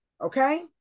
Okay